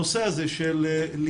הנושא בו אנחנו דנים,